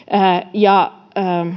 ja